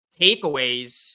takeaways